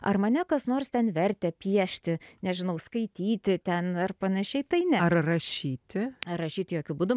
ar mane kas nors ten vertė piešti nežinau skaityti ten ar panašiai tai ne ar rašyti ar rašyti jokiu būdu